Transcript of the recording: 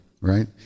right